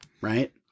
right